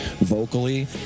vocally